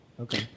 Okay